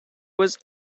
was